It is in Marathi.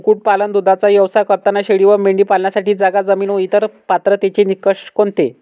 कुक्कुटपालन, दूधाचा व्यवसाय करताना शेळी व मेंढी पालनासाठी जागा, जमीन व इतर पात्रतेचे निकष कोणते?